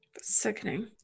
Sickening